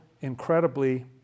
incredibly